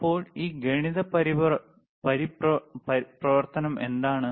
അപ്പോൾ ഈ ഗണിതശാസ്ത്ര പ്രവർത്തനം എന്താണ്